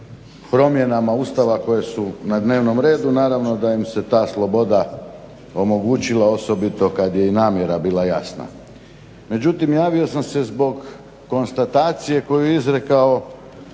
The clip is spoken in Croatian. promjenama Ustava koje su na dnevnom redu. Naravno da im se ta sloboda omogućila, osobito kad je i namjera bila jasna. Međutim, javio sam se zbog konstatacije koju je izrekao